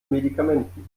medikamenten